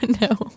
no